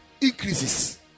increases